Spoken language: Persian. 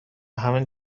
همین